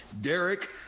Derek